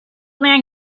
man